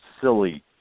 silly